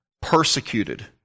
persecuted